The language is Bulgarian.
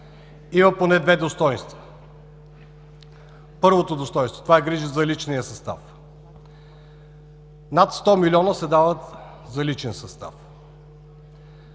Има поне две достойнства. Първото достойнство – грижа за личния състав. Над 100 милиона се дават за личен състав.